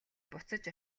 буцаж